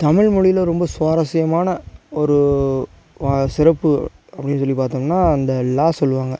தமிழ்மொழியில் ரொம்ப சுவாரஸ்யமான ஒரு சிறப்பு அப்படின்னு சொல்லி பார்த்தோம்னா அந்த லா சொல்லுவாங்கள்